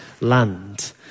land